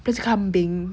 plus kambing